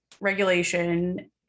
regulation